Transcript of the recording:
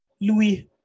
Louis